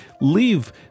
leave